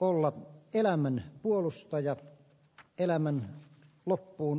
olla elämän puolustajat elämän loppuun